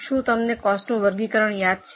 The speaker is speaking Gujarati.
શું તમને કોસ્ટનું વર્ગીકરણ યાદ છે